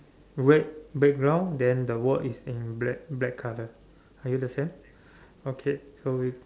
red background then the word is in black black colour are you the same okay so we